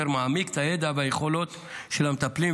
אשר מעמיק את הידע והיכולות של המטפלים,